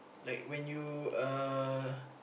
like when you uh